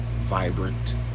vibrant